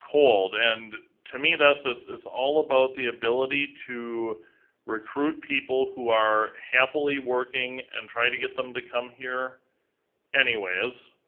cold. and to me it's it's all about the ability to recruit people who are happily working and try to get them to come here anyways.